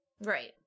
Right